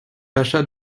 pacha